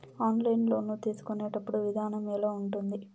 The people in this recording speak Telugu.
ఆన్లైన్ లోను తీసుకునేటప్పుడు విధానం ఎలా ఉంటుంది